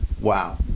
Wow